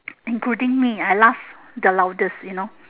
including me I laugh the loudest you know